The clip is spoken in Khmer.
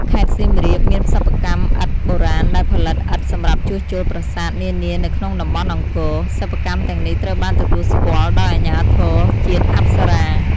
ខេត្តសៀមរាប មានសិប្បកម្មឥដ្ឋបុរាណដែលផលិតឥដ្ឋសម្រាប់ជួសជុលប្រាសាទនានានៅក្នុងតំបន់អង្គរ។ សិប្បកម្មទាំងនេះត្រូវបានទទួលស្គាល់ដោយអាជ្ញាធរជាតិអប្សរា។